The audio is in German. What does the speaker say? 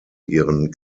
ihren